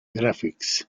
graphics